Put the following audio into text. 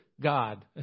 God